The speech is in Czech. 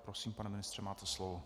Prosím, pane ministře, máte slovo.